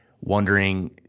wondering